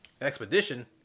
Expedition